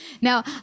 Now